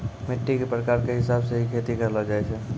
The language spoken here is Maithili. मिट्टी के प्रकार के हिसाब स हीं खेती करलो जाय छै